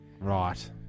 Right